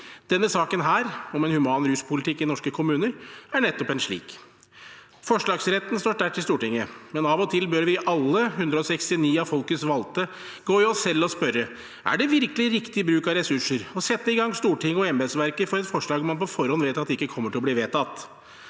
Denne saken, om en human ruspolitikk i norske kommuner, er nettopp en slik. Forslagsretten står sterkt i Stortinget, men av og til bør alle vi 169 av folkets valgte gå i oss selv og spørre: Er det virkelig riktig bruk av ressurser å sette i gang Stortinget og embetsverket for et forslag man på forhånd vet at ikke kommer til å bli vedtatt?